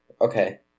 Okay